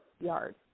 yard